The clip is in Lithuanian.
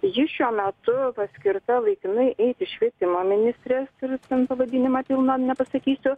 ji šiuo metu paskirta laikinai eiti švietimo ministrės ir ten pavadinimą pilno nepasakysiu